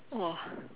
!wah!